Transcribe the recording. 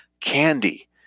candy